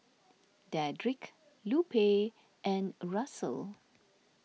Dedrick Lupe and Russell